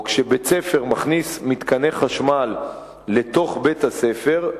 או כשבית-ספר מכניס מתקני חשמל לתוך בית-הספר,